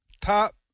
top